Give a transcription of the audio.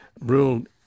ruled